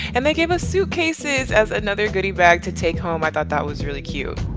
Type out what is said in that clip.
and they gave us suitcases as another goodie bag to take home. i thought that was really cute.